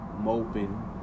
moping